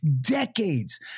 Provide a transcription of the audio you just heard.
decades